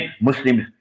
Muslims